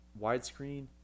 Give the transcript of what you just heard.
widescreen